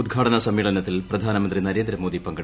ഉദ്ഘാടന സമ്മേളനത്തിൽ പ്രധാനമന്ത്രി ന്രേന്ദ്രമോദി പങ്കെടുക്കും